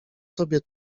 sobie